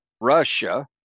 russia